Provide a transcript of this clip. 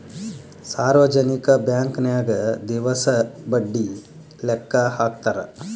ಸಾರ್ವಜನಿಕ ಬಾಂಕನ್ಯಾಗ ದಿವಸ ಬಡ್ಡಿ ಲೆಕ್ಕಾ ಹಾಕ್ತಾರಾ